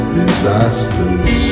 disasters